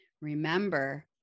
Remember